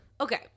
Okay